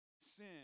Sin